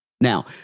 Now